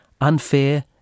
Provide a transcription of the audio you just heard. unfair